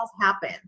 happen